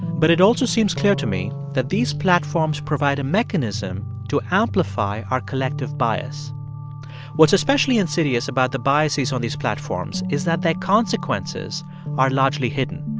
but it also seems clear to me that these platforms provide a mechanism to amplify our collective bias what's especially insidious about the biases on these platforms is that their consequences are largely hidden.